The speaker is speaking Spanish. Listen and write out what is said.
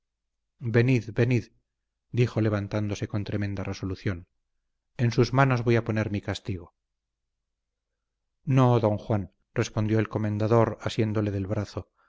venid venid dijo levantándose con tremenda resolución en sus manos voy a poner mi castigo no don juan respondió el comendador asiéndole del brazo